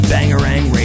Bangarang